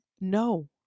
No